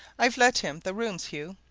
i've let him the rooms, hugh,